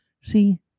See